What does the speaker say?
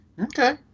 Okay